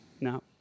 No